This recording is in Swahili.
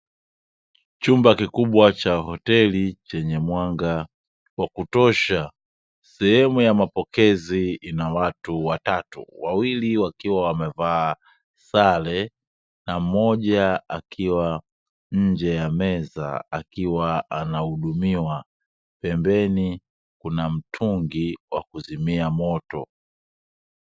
Chumba kikubwa cha hoteli chenye mwanga wa kutosha sehemu ya mapokezi, ina watu watatu wawili wakiwa wamevaa sare na mmoja akiwa nje ya meza, akiwa anahudumiwa pembeni kuna mtungi wa kuzimia moto.